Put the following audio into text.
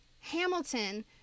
Hamilton